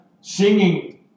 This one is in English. singing